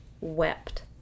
wept